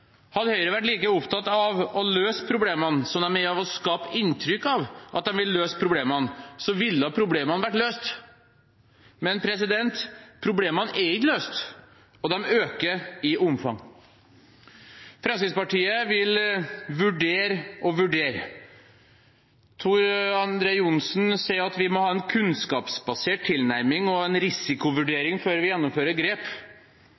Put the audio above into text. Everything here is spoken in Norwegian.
Hadde Høyre vært like opptatt av å løse problemene som de er av å skape inntrykk av at de vil løse problemene, ville problemene vært løst. Men problemene er ikke løst, og de øker i omfang. Fremskrittspartiet vil vurdere og vurdere. Tor André Johnsen sier at vi må ha en kunnskapsbasert tilnærming og en risikovurdering før vi gjennomfører grep.